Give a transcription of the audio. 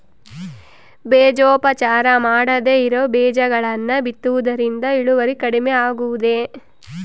ಬೇಜೋಪಚಾರ ಮಾಡದೇ ಇರೋ ಬೇಜಗಳನ್ನು ಬಿತ್ತುವುದರಿಂದ ಇಳುವರಿ ಕಡಿಮೆ ಆಗುವುದೇ?